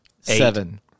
seven